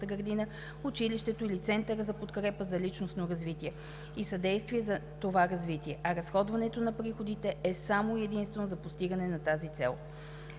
градина, училището или центъра за подкрепа за личностно развитие и съдействие за това развитие, а разходването на приходите е само и единствено за постигането на тази цел.